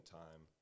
time